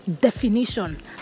definition